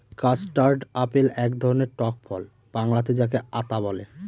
custard apple এক ধরনের টক ফল বাংলাতে যাকে আঁতা বলে